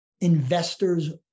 investor's